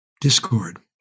discord